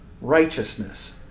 righteousness